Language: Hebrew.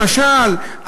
למשל,